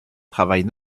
travaille